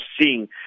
seeing